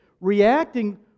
reacting